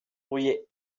rouillé